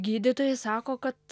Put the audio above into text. gydytojai sako kad